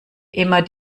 immer